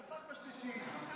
עבר בשלישית.